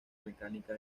mecánica